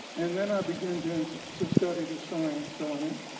and then i began to and so study the science so on it.